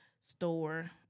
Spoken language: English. store